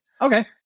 Okay